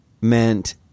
meant